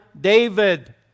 David